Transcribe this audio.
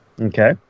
Okay